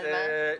על מה?